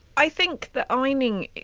i think that ironing